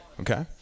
Okay